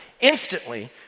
instantly